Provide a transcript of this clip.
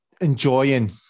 enjoying